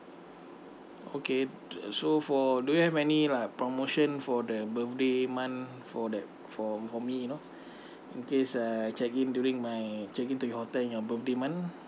okay so for do you have any like promotion for the birthday month for the for for me you know in case uh I check in during my check in to your hotel in the birthday month